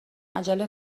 عجله